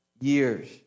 years